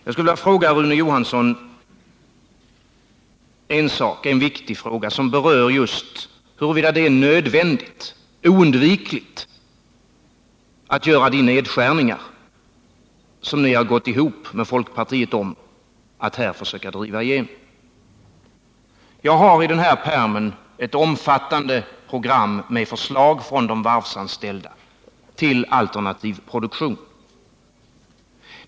Jag skulle till Rune Johansson vilja ställa en viktig fråga, och den gäller huruvida det är nödvändigt eller oundvikligt att göra de nedskärningar som man har gått ihop med folkpartiet om att här försöka driva igenom. Jag har här en pärm som innehåller ett omfattande program med förslag från de varvsanställda till alternativ produktion.